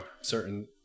certain